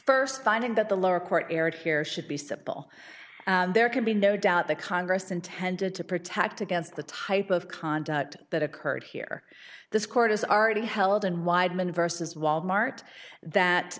first finding that the lower court erred here should be simple there can be no doubt the congress intended to protect against the type of conduct that occurred here this court has already held and weidman vs wal mart that